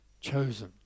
Chosen